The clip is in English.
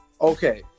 Okay